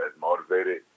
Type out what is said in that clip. motivated